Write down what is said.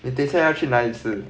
你等下要去哪里吃